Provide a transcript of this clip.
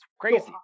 Crazy